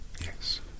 Yes